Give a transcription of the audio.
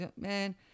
man